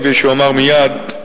כפי שאומר מייד,